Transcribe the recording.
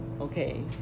okay